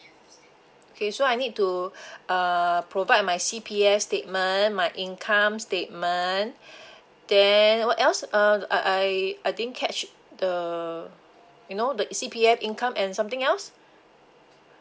okay so I need to uh provide my C_P_F statement my income statement then what else uh I I I didn't catch the you know the C_P_F income and something else